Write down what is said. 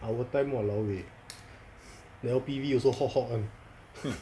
our time !walao! eh I_L_B_V also hot hot [one]